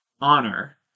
honor